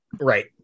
Right